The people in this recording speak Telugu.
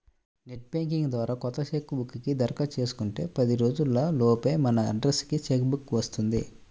నెట్ బ్యాంకింగ్ ద్వారా కొత్త చెక్ బుక్ కి దరఖాస్తు చేసుకుంటే పది రోజుల లోపే మన అడ్రస్ కి చెక్ బుక్ వస్తుంది